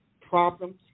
Problems